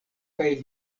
kaj